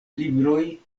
libroj